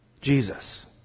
Jesus